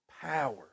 Power